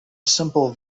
simple